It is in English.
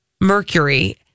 Mercury